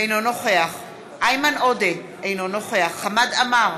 אינו נוכח איימן עודה, אינו נוכח חמד עמאר,